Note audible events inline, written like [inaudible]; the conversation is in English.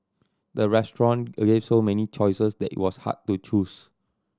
the restaurant [unintelligible] so many choices that it was hard to choose